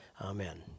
Amen